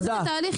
נעשה את התהליך,